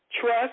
Trust